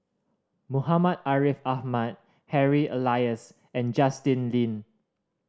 Muhammad Ariff Ahmad Harry Elias and Justin Lean